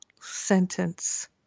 sentence